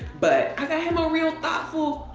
but i got him a real thoughtful,